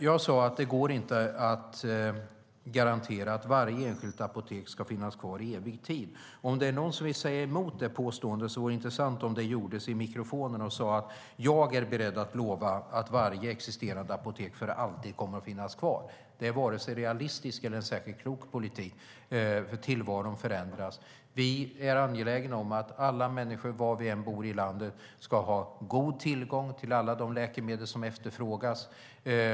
Jag sade att det inte går att garantera att varje enskilt apotek ska finnas kvar i evig tid. Om det är någon som vill säga emot det påståendet och är beredd att lova att varje existerande apotek kommer att finnas kvar för alltid vore det intressant om det gjordes i mikrofonen. Men det är varken realistiskt eller någon särskilt klok politik. Tillvaron förändras. Vi är angelägna om att alla människor, var de än bor i landet, ska ha god tillgång till alla de läkemedel som efterfrågas.